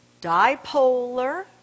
Dipolar